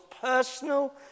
personal